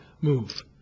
move